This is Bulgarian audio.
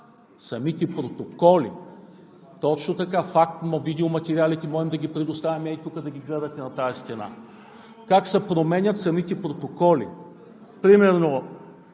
Самите протоколи! (Реплики.) Точно така, факт. Но видеоматериалите можем да ги предоставим, ей тук да ги гледате на тази стена, как се променят самите протоколи. Примерно